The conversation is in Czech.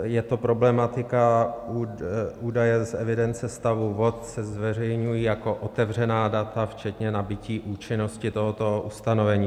Je to problematika: údaje z evidence stavu vod se zveřejňují jako otevřená data včetně nabytí účinnosti tohoto ustanovení.